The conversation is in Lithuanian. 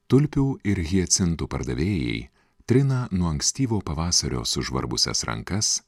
tulpių ir hiacintų pardavėjai trina nuo ankstyvo pavasario sužvarbusias rankas